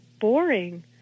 boring